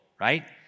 right